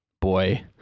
Boy